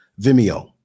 Vimeo